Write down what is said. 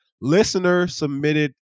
listener-submitted